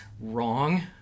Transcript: wrong